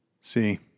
See